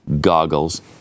goggles